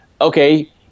okay